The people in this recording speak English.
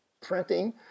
printing